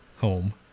home